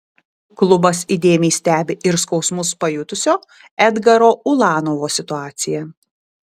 klubas įdėmiai stebi ir skausmus pajutusio edgaro ulanovo situaciją